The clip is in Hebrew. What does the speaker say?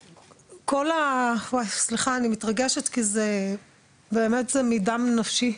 הכל, סליחה אני מתרגשת כי באמת זה מדם נפשי,